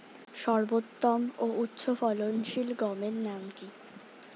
সর্বোত্তম ও উচ্চ ফলনশীল গমের নাম কি?